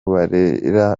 barera